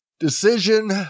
Decision